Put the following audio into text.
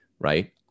right